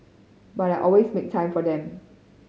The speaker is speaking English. but I will always make time for them